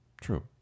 True